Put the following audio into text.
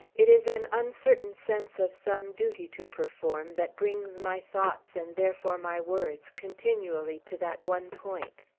it is an uncertain sense of some duty to perform, that brings my thoughts, and therefore my words, continually to that one point.